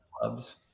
clubs